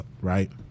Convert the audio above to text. right